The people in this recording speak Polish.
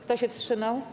Kto się wstrzymał?